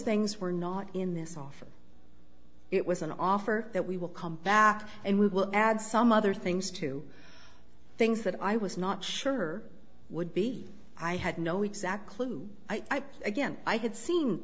things were not in this offer it was an offer that we will come back and we will add some other things to things that i was not sure would be i had no exact clue i again i had seen